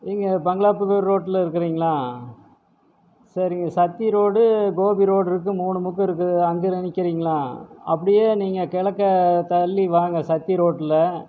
எங்கள் பங்களாப்பு ரோட்டில இருக்குறீங்களா சரிங்க சக்தி ரோடு கோபி ரோட்ருக்கு மூணு முக்கு இருக்குது அங்கே நிற்கிறீங்களா அப்படியே நீங்கள் கெளக்க தள்ளி வாங்க சக்தி ரோட்டில